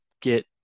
get